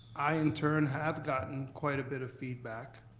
i in turn have gotten quite a bit of feedback,